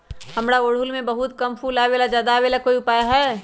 हमारा ओरहुल में बहुत कम फूल आवेला ज्यादा वाले के कोइ उपाय हैं?